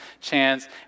chance